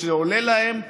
ושזה עולה להם,